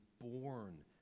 born